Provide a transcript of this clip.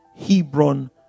hebron